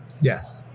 Yes